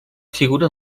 figura